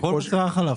על כל מוצרי החלב.